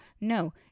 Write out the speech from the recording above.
no